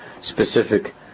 specific